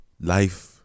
life